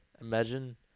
imagine